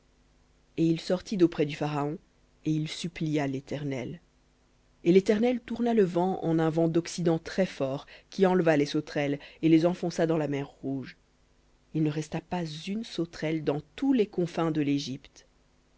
et il sortit d'auprès du pharaon et il supplia léternel et l'éternel tourna un vent d'occident très-fort qui enleva les sauterelles et les enfonça dans la mer rouge il ne resta pas une sauterelle dans tous les confins de l'égypte